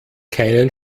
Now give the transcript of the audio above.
keinen